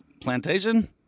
Plantation